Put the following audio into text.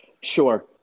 Sure